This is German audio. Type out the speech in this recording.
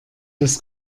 des